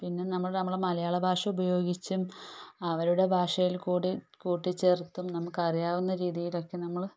പിന്നെ നമ്മൾ നമ്മളെ മലയാള ഭാഷ ഉപയോഗിച്ചും അവരുടെ ഭാഷയിൽ കൂടി കൂട്ടിച്ചേർത്തും നമുക്ക് അറിയാവുന്ന രീതിയിലൊക്കെ നമ്മൾ